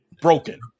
broken